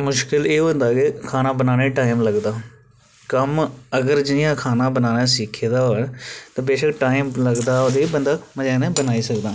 मुश्कल एह् होंदा ऐ के खाना बनाने गी टाईम लगदा कम्म अगर जि'यां खाना बनाना सिक्खे दा होऐ ते बेशक्क टाईम लगदा ओह्दे च बंदा मजे कन्नै बनाई सकदा